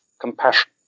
compassion